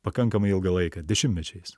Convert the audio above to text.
pakankamai ilgą laiką dešimtmečiais